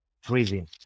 freezing